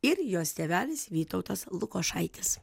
ir jos tėvelis vytautas lukošaitis